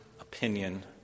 opinion